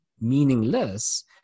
meaningless